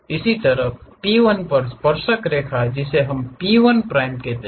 इसी तरह P1 पर स्पर्शरेखा जिसे हम P1 प्राइम कह रहे हैं